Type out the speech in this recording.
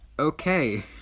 Okay